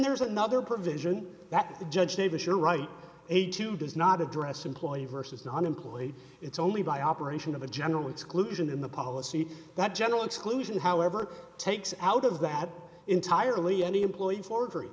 there's another provision that the judge davis your right to does not address employee versus non employee it's only by operation of a general exclusion in the policy that general exclusion however takes out of that entirely any employee forgery